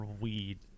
weed